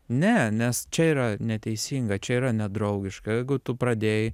ne nes čia yra neteisinga čia yra nedraugiška jeigu tu pradėjai